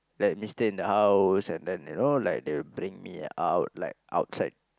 let me stay in the house and then you know like they will bring me out like outside